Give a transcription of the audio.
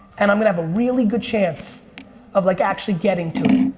and i'm gonna have a really good chance of like actually getting to it.